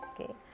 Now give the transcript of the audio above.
okay